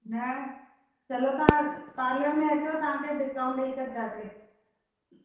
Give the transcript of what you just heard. न चलो तव्हां पार्लर में अचो तव्हांखे डिस्काउंट ॾेई छॾिंदासीं